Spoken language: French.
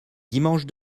dimanche